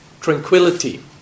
tranquility